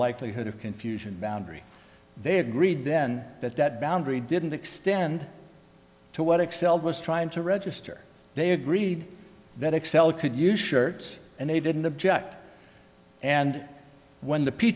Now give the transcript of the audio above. likelihood of confusion boundary they agreed then that that boundary didn't extend to what excel was trying to register they agreed that excel could use shirts and they didn't object and when the p